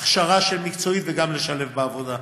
הכשרה מקצועית ולשלב בעבודה,